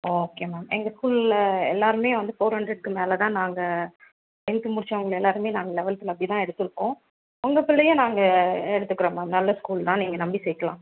okay ma'am எங்கள் ஸ்கூலில் எல்லோருமே வந்து ஃபோர் ஹண்ட்ரடுக்கு மேலே தான் நாங்கள் டென்த்து முடித்தவங்க எல்லோருமே நாங்கள் லெவல்த்துல அப்படி தான் எடுத்திருக்கோம் உங்கள் பிள்ளைய நாங்கள் எடுத்துக்கிறோம் மேம் நல்ல ஸ்கூல் தான் நீங்கள் நம்பி சேர்க்கலாம்